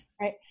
Right